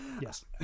Yes